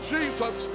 Jesus